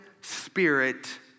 spirit